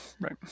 Right